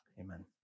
Amen